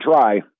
try